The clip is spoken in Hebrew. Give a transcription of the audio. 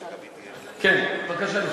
בבקשה.